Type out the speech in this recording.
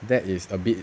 that is a bit